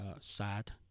sad